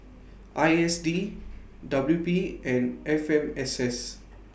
I S D W P and F M S S